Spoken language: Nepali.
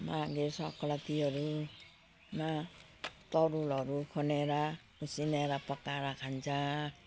माघे सक्रातिहरूमा तरुलहरू खनेर उसिनेर पकाएर खान्छ